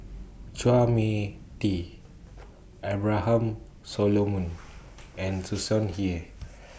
Chua MI Tee Abraham Solomon and Tsung Hey